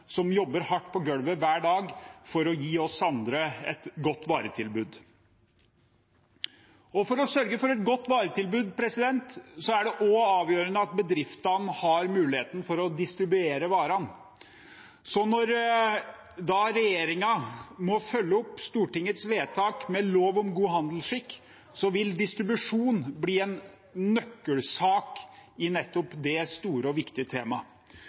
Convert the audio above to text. som jobber hardt på gulvet, hver dag, for å gi oss andre et godt varetilbud. For å sørge for et godt varetilbud er det avgjørende at bedriftene har mulighet til å distribuere varene. Når regjeringen må følge opp Stortingets vedtak med lov om god handelsskikk, vil distribusjon bli en nøkkelsak i dette store og viktige temaet.